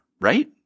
right